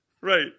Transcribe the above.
Right